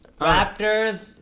Raptors